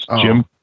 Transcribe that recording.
Jim